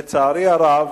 לצערי הרב,